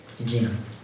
Again